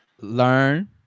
learn